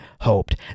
hoped